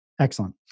Excellent